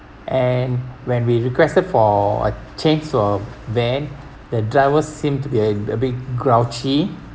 and when we requested for a change to a van the driver seemed to be uh a bit grouchy